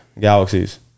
galaxies